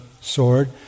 sword